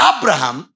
Abraham